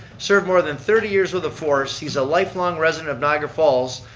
served more than thirty years with the force. he's a lifelong resident of niagara falls,